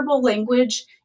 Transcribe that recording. language